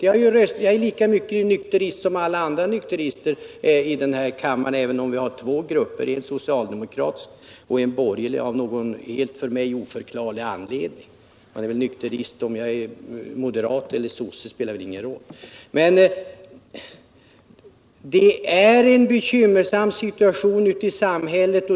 Jag är nykterist lika mycket som alla andra nykterister i den här kammaren — även om vi av någon för mig helt oförklarlig anledning har två nykterhetsgrupper, en borgerlig och en socialdemokratisk. Jag är som sagt nykterist, alldeles oavsett om jag sedan är moderat eller socialdemokrat — det spelar ingen roll i det här sammanhanget. Men det är en bekymmersam situation ute i samhället.